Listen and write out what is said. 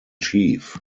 chief